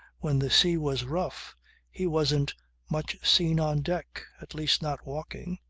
when the sea was rough he wasn't much seen on deck at least not walking.